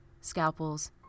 scalpels